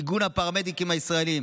איגוד הפרמדיקים הישראלים,